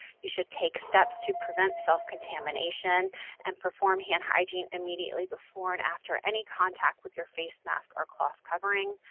you should take steps to prevent self-contamination and perform hand hygiene immediately before and after any contact with your face mask or cloth covering.